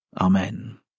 Amen